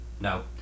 No